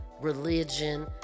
religion